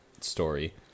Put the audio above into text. story